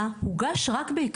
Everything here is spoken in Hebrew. תודה רבה.